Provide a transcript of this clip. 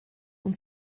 und